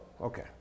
Okay